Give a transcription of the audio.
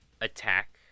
attack